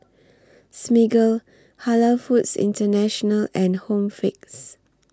Smiggle Halal Foods International and Home Fix